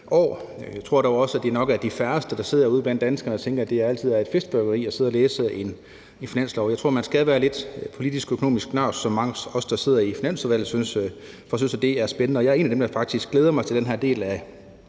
år. Jeg tror dog også, at det nok er de færreste af de danskere, der sidder derude, der tænker, at det altid er et festfyrværkeri at sidde og læse et finanslovsforslag. Jeg tror, man skal være lidt er en politisk-økonomisk nørd, som mange af os, der sidder i Finansudvalget, er, for at synes, det er spændende, og jeg er en af dem, der faktisk glæder sig til den her del af